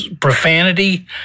profanity